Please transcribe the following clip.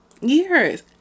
years